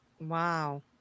Wow